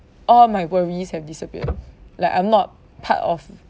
all my worries have disappeared like I'm not part of